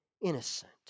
innocent